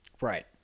Right